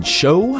show